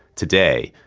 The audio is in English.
today,